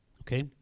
Okay